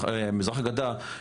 מזרח הגדה,